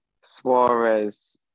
Suarez